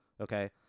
Okay